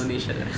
donation ah